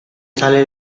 sale